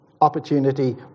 opportunity